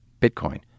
Bitcoin